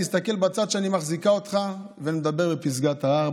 תסתכל בצד שאני מחזיקה אותך ונדבר בפסגת ההר,